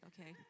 okay